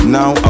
Now